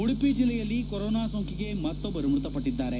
ಉಡುಪಿ ಜಲ್ಲೆಯಲ್ಲಿ ಕೊರೊನಾ ಸೋಂಕಿಗೆ ಮತ್ತೊಬ್ಬರು ಮೃತಪಟ್ಟದ್ದಾರೆ